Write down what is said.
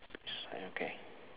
the sign okay